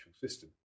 system